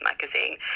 magazine